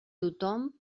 tothom